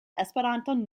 esperantan